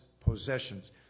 possessions